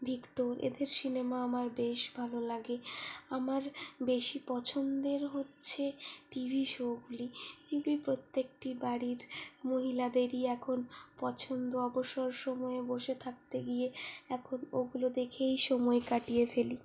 Victor এদের সিনেমা আমার বেশ ভালো লাগে আমার বেশি পছন্দের হচ্ছে টিভি শোগুলি যেগুলি প্রত্যেকটি বাড়ির মহিলাদেরই এখন পছন্দ অবসর সময় বসে থাকতে গিয়ে এখন ওগুলো দেখেই সময় কাটিয়ে ফেলি